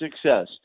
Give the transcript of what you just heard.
success